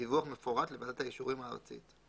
דיווח מפורט לוועדת האישורים הארצית.